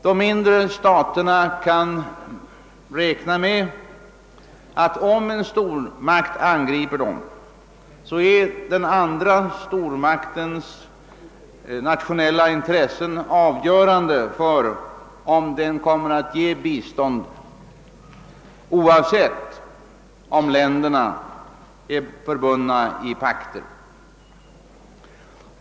De mindre staterna kan räkna med att om en stormakt angriper dem är den andra stormaktens nationella intressen avgörande för huruvida den kommer att ge bistånd — oavsett om länderna är förbundna i pakter.